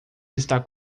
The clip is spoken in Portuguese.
está